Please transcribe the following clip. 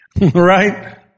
Right